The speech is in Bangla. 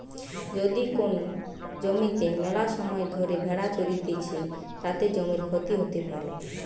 যদি কোন জমিতে মেলাসময় ধরে ভেড়া চরতিছে, তাতে জমির ক্ষতি হতে পারে